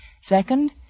Second